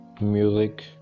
music